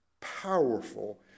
powerful